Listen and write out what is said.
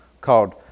called